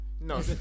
No